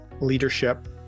leadership